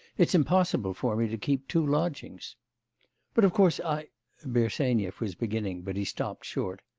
it's impossible for me to keep two lodgings but of course i' bersenyev was beginning, but he stopped short.